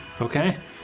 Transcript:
Okay